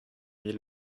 mis